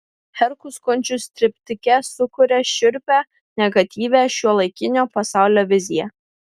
herkus kunčius triptike sukuria šiurpią negatyvią šiuolaikinio pasaulio viziją